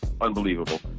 Unbelievable